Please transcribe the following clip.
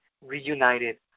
reunited